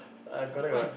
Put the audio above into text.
I correct what